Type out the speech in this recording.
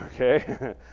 Okay